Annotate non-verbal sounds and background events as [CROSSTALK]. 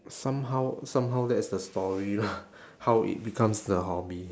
somehow somehow that is the story lah [NOISE] how it becomes the hobby